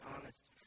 honest